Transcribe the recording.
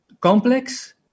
complex